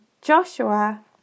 Joshua